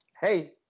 hey